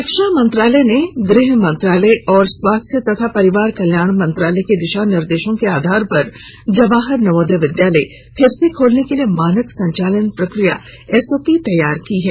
शिक्षा मंत्रालय ने गृह मंत्रालय और स्वास्थ्य तथा परिवार कल्याण मंत्रालय के दिशा निर्देशों के आधार पर जवाहर नवोदय विद्यालय फिर से खोलने के लिए मानक संचालन प्रक्रिया एसओपी तैयार की है